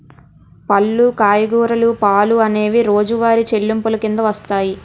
పళ్ళు కూరగాయలు పాలు అనేవి రోజువారి చెల్లింపులు కిందకు వస్తాయి